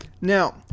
Now